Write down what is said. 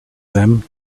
them